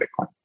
Bitcoin